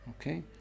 Okay